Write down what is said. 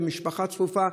משפחה צפופה,